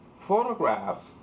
photographs